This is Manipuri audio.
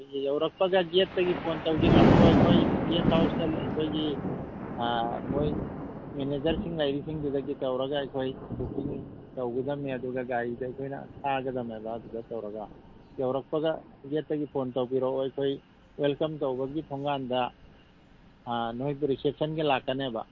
ꯑꯗꯨꯗꯤ ꯌꯧꯔꯛꯄꯒ ꯒꯦꯠꯇꯒꯤ ꯐꯣꯟ ꯇꯧꯖꯤꯜꯂꯛꯎ ꯑꯩꯈꯣꯏ ꯒꯦꯁ ꯍꯥꯎꯁꯇ ꯑꯩꯈꯣꯏꯒꯤ ꯃꯣꯏ ꯃꯦꯅꯦꯖꯔꯁꯤꯡ ꯂꯩꯔꯤꯁꯤꯡꯗꯨꯗꯒꯤ ꯇꯧꯔꯒ ꯑꯩꯈꯣꯏ ꯕꯨꯛꯀꯤꯡ ꯇꯧꯒꯗꯝꯃꯤ ꯑꯗꯨꯒ ꯒꯥꯔꯤꯗꯨ ꯑꯩꯈꯣꯏꯅ ꯊꯥꯒꯗꯝꯃꯦꯕ ꯑꯗꯨꯗ ꯇꯧꯔꯒ ꯌꯧꯔꯛꯄꯒ ꯒꯦꯠꯇꯒꯤ ꯐꯣꯟ ꯇꯧꯕꯤꯔꯛꯑꯣ ꯑꯩꯈꯣꯏ ꯋꯦꯜꯀꯝ ꯇꯧꯕꯒꯤ ꯊꯣꯡꯒꯥꯟꯗ ꯑꯥ ꯅꯣꯏꯕꯨ ꯔꯤꯁꯤꯞꯁꯟꯒꯤ ꯂꯥꯛꯀꯅꯦꯕ